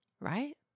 right